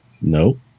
No